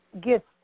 gifts